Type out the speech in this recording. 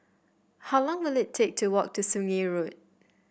how long will it take to walk to Sungei Road